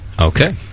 Okay